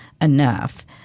enough